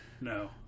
No